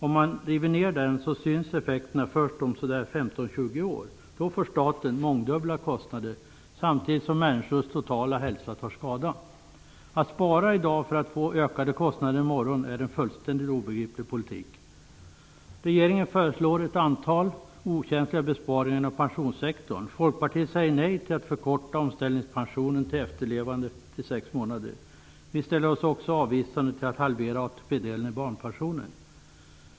Om den rivs ned, syns effekterna först om ungefär 15-20 år. Då får staten mångdubbla kostnader, samtidigt som människors totala hälsa tar skada. Att spara i dag för att få ökade kostnader i morgon är en fullständigt obegriplig politik. Regeringen föreslår ett antal okänsliga besparingar inom pensionssektorn. Vi i Folkpartiet säger nej till att förkorta tiden för omställningspensionen till efterlevande till sex månader. Vi ställer oss också avvisande till en halvering av ATP-delen i barnpensionen.